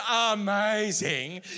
amazing